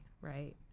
right